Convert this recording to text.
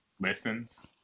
listens